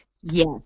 Yes